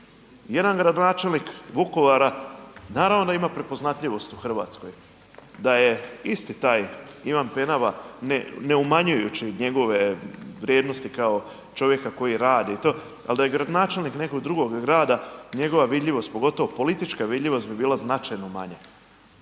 Jedan gradonačelnik Vukovara naravno da ima prepoznatljivost u Hrvatskoj, da je isti taj Ivan Penava, ne umanjujući njegove vrijednosti kao čovjeka koji radi i to, ali da je gradonačelnik nekog drugog grada njegova vidljivost, pogotovo politička vidljivost bi bila značajno manja.